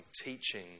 teaching